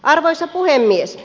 arvoisa puhemies